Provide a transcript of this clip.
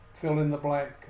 fill-in-the-blank